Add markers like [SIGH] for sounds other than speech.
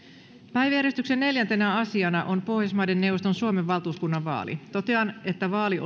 päiväjärjestyksen neljäntenä asiana on pohjoismaiden neuvoston suomen valtuuskunnan vaali totean että vaali [UNINTELLIGIBLE]